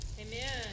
Amen